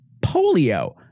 polio